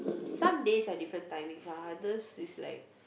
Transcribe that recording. some days are different timings o~ others is like